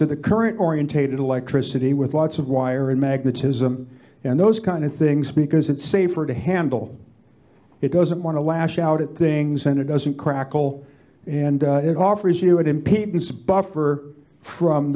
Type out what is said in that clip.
to the current orientated electricity with lots of wire and magnetism and those kind of things because it's safer to handle it doesn't want to lash out at things and it doesn't crackle and it offers you an impedance buffer from